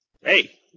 Hey